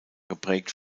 geprägt